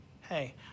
hey